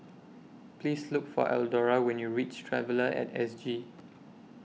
Please Look For Eldora when YOU REACH Traveller At S G